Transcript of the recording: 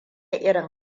irin